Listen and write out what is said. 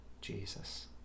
Jesus